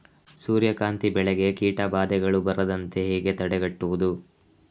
ಸೂರ್ಯಕಾಂತಿ ಬೆಳೆಗೆ ಕೀಟಬಾಧೆಗಳು ಬಾರದಂತೆ ಹೇಗೆ ತಡೆಗಟ್ಟುವುದು?